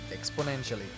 exponentially